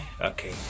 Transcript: Okay